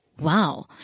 wow